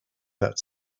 that